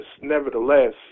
nevertheless